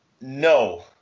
No